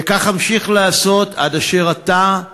וכך אמשיך לעשות עד אשר אתה,